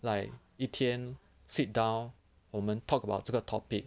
like 一天 sit down 我们 talk about 这个 topic